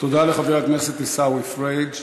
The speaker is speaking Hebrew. תודה לחבר הכנסת עיסאווי פריג'.